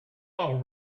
all